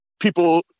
people